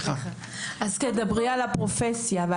אז קודם כל אני